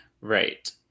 Right